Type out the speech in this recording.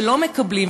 כשלא מקבלים,